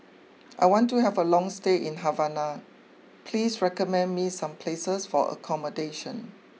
I want to have a long stay in Havana please recommend me some places for accommodation